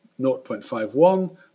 0.51